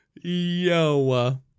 Yo